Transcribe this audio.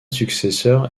successeur